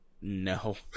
No